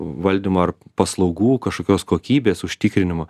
valdymo ar paslaugų kažkokios kokybės užtikrinimo